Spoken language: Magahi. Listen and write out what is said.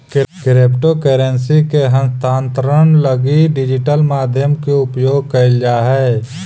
क्रिप्टो करेंसी के हस्तांतरण लगी डिजिटल माध्यम के उपयोग कैल जा हइ